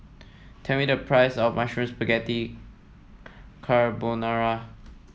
tell me the price of Mushroom Spaghetti Carbonara